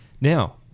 now